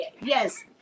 yes